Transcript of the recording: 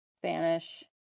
Spanish